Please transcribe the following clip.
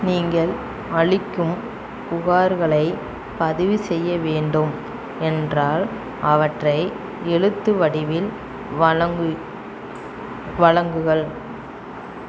நீங்கள் அளிக்கும் புகார்களைப் பதிவு செய்ய வேண்டும் என்றால் அவற்றை எழுத்து வடிவில் வழங்குங்கள்